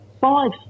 five